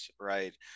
right